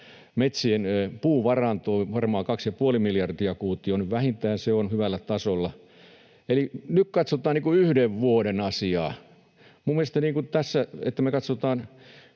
Metsien puuvaranto on varmaan kaksi ja puoli miljardia kuutiota nyt vähintään. Se on hyvällä tasolla. Eli nyt katsotaan yhden vuoden asiaa. Mielestäni tässä halutaan katsoa